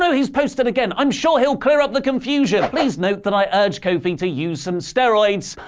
so he's posted again. i'm sure he'll clear up the confusion please notice that i urged kofi to use some steroids.